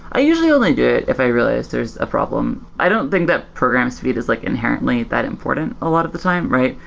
i usually do it if i realize there's a problem. i don't think that programs to be just like inherently that important a lot of the time, right?